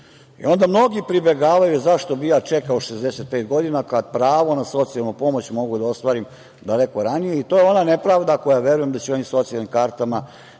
mnogi pribegavaju – zašto bi ja čekao 65 godina, kada pravo na socijalnu pomoć mogu da ostvarim daleko ranije i to je ona nepravda, koja verujem da će onim socijalnim kartama